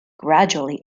gradually